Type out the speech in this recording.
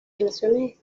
relaciones